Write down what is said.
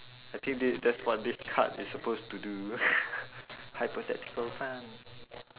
I think thi~ that's what this card is supposed to do hypothetical fun